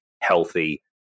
healthy